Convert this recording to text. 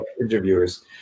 interviewers